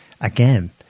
Again